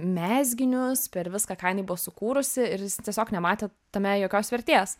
mezginius per viską ką jinai buvo sukūrusi ir jis tiesiog nematė tame jokios vertės